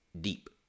deep